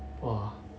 !wah!